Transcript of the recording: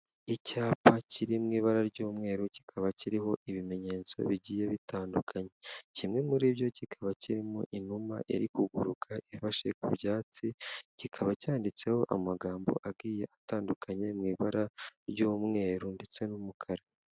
Icyapa kiri mu ibara ry'umweru kikaba kiriho ibimenyetso bigiye bitandukanye, kimwe muri byo kikaba kiriho inuma iri kuguruka ifashe ku byatsi, kikaba cyanditseho amagambo agiye atandukanye mu ibara ry'umweru ndetse n'umukara.